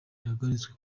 ihagaritswe